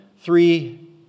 three